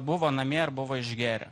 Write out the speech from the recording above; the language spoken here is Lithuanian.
buvo namie ir buvo išgėrę